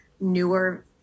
newer